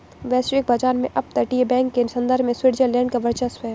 वैश्विक बाजार में अपतटीय बैंक के संदर्भ में स्विट्जरलैंड का वर्चस्व है